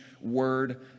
word